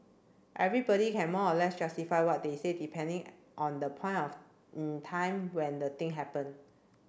everybody can more or less justify what they say depending on the point of in time when the thing happened